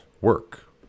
work